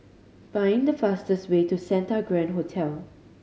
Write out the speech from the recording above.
find the fastest way to Santa Grand Hotel